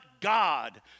God